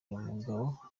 umugabo